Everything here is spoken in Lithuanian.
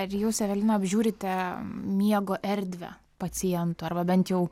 ar jūs evelina apžiūrite miego erdvę paciento arba bent jau